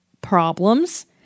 problems